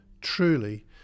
Truly